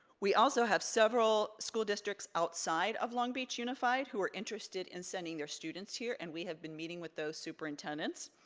we also have several school districts outside of long beach unified who are interested in sending their students here. and we have been meeting with those superintendents.